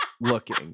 looking